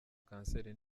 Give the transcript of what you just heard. kanseri